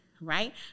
Right